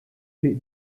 triq